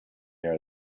are